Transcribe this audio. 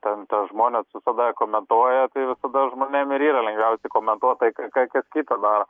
ten tie žmonės visada komentuoja tai visada žmonėm ir yra lengviausiai komentuot tai ką kas kita daro